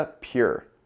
Pure